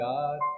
God